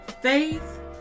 Faith